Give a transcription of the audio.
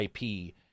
IP